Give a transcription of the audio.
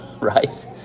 right